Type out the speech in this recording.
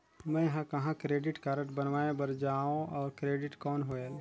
मैं ह कहाँ क्रेडिट कारड बनवाय बार जाओ? और क्रेडिट कौन होएल??